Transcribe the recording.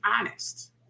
honest